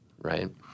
right